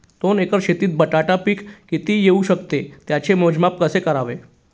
दोन एकर शेतीत बटाटा पीक किती येवू शकते? त्याचे मोजमाप कसे करावे?